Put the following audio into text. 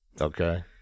Okay